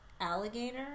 alligator